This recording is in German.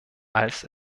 als